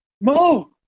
Mo